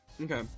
Okay